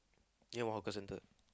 near one hawker centre